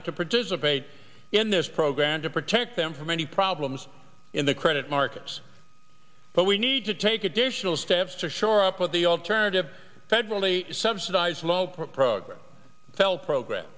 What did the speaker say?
up to participate in this program to protect them from any problems in the credit markets but we need to take additional steps to shore up what the alternative federally subsidized local programs to help program